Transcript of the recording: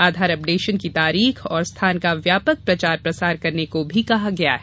आधार updation की तारीख और स्थान का व्यापक प्रचार प्रसार करने को भी कहा गया है